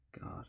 God